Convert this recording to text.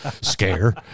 scare